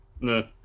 No